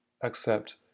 accept